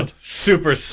Super